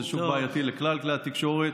זה שוק בעייתי לכלל כלי התקשורת.